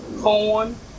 corn